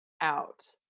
out